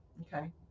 okay